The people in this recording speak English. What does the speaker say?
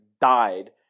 died